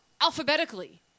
alphabetically